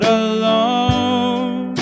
alone